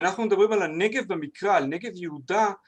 אנחנו מדברים על הנגב במקרא, על נגב יהודה